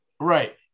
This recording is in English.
right